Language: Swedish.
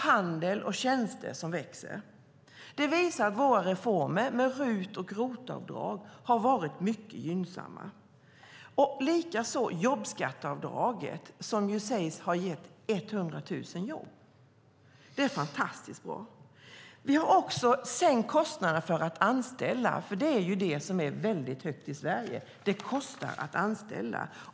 Handel och tjänster växer. Det visar att våra reformer med RUT och ROT-avdrag har varit gynnsamma. Det gäller också jobbskatteavdraget som sägs ha gett 100 000 jobb. Det är fantastiskt bra. Vi har även sänkt kostnaderna för att anställa, för det är dyrt i Sverige. Det kostar att anställa.